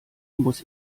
muss